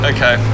Okay